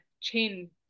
chain